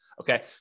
Okay